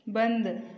बंद